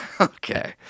Okay